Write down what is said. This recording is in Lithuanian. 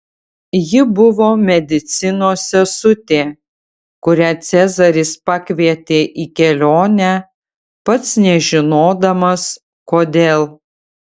ji buvo medicinos sesutė kurią cezaris pakvietė į kelionę pats nežinodamas kodėl